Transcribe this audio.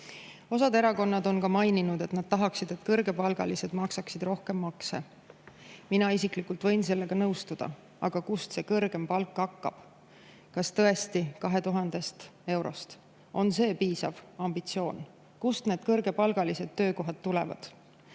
Osa erakondi on maininud, et nad tahaksid, et kõrgepalgalised maksaksid rohkem makse. Mina isiklikult võin sellega nõustuda. Aga kust see kõrgem palk hakkab? Kas tõesti 2000 eurost? On see piisav ambitsioon? Kust need kõrgepalgalised töökohad tulevad?